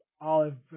olive